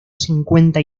cincuenta